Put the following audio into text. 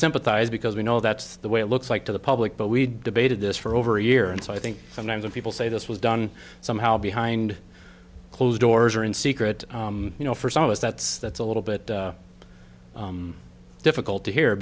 sympathize because we know that's the way it looks like to the public but we debated this for over a year and so i think sometimes when people say this was done somehow behind closed doors or in secret you know for some of us that's that's a little bit difficult to hear